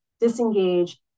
disengage